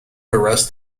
arrest